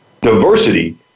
diversity